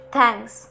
Thanks